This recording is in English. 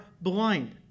blind